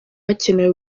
hakenewe